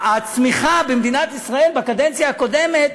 הצמיחה לנפש במדינת ישראל בקדנציה הקודמת